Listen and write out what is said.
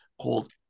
called